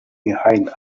behind